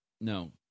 No